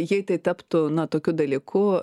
jei tai taptų na tokiu dalyku